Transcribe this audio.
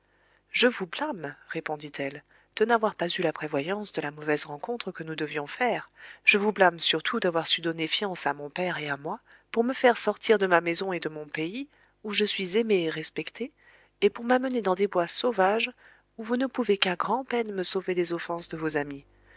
je vous blâme répondit-elle de n'avoir pas eu la prévoyance de la mauvaise rencontre que nous devions faire je vous blâme surtout d'avoir su donner fiance à mon père et à moi pour me faire sortir de ma maison et de mon pays où je suis aimée et respectée et pour m'amener dans des bois sauvages où vous ne pouvez qu'à grand'peine me sauver des offenses de vos amis